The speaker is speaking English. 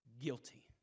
guilty